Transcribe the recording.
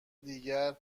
دیگر